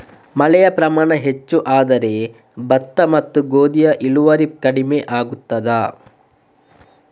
ಮಳೆಯ ಪ್ರಮಾಣ ಹೆಚ್ಚು ಆದರೆ ಭತ್ತ ಮತ್ತು ಗೋಧಿಯ ಇಳುವರಿ ಕಡಿಮೆ ಆಗುತ್ತದಾ?